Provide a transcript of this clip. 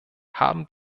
haben